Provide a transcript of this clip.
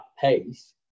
pace